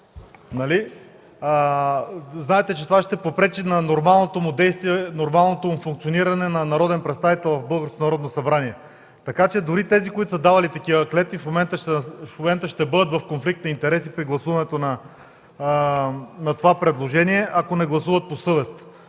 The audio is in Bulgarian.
знаете, че това ще попречи на нормалното му функциониране като народен представител в българското Народно събрание. Дори тези, които са давали такива клетви, в момента ще бъдат в конфликт на интереси при гласуването на това предложение, ако не гласуват по съвест.